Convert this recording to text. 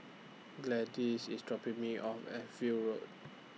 Gladyce IS dropping Me off At View Road